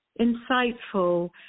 insightful